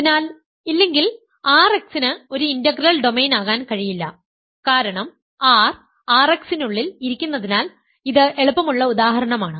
അതിനാൽ ഇല്ലെങ്കിൽ R x ന് ഒരു ഇന്റഗ്രൽ ഡൊമെയ്ൻ ആകാൻ കഴിയില്ല കാരണം R R x നുള്ളിൽ ഇരിക്കുന്നതിനാൽ ഇത് എളുപ്പമുള്ള ഉദാഹരണമാണ്